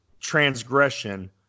transgression